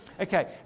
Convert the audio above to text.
Okay